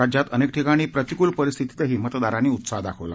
राज्यात अनेक ठिकाणी प्रतिकूल परिस्थितीतही मतदारांनी मोठा उत्साह दाखवला